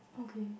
okay